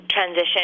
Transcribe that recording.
transition